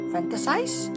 Fantasize